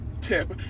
tip